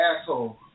asshole